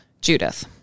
Judith